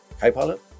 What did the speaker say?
co-pilot